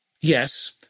yes